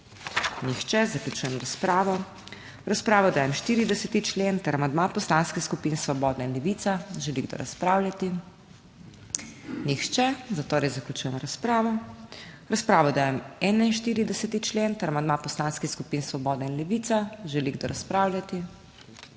Nihče. Zaključujem razpravo. V razpravo dajem 43. člen ter amandma Poslanskih skupin Svobodna levica, želi kdo razpravljati? Nihče. Zaključujem razpravo. V razpravo dajem 46. člen ter amandma poslanskih skupin Svoboda Levica. Želi kdo razpravljati?